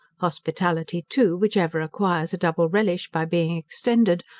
hospitality too, which ever acquires a double relish by being extended,